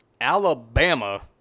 Alabama